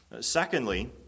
Secondly